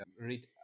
read